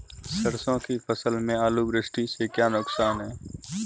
सरसों की फसल में ओलावृष्टि से क्या नुकसान है?